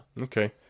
Okay